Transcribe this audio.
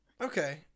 Okay